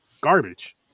Garbage